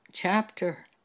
Chapter